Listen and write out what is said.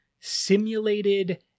simulated